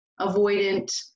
avoidant